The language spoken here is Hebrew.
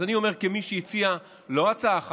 אז אני אומר, כמי שהציע לא הצעה אחת,